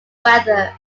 weather